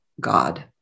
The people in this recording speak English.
God